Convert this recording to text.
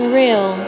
real